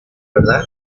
verdad